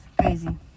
Crazy